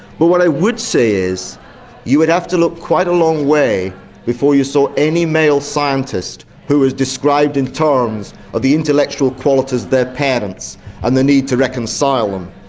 but what i would say is you would have to look quite a long way before you saw any male scientist who was described in terms of the intellectual qualities of their parents and the need to reconcile them.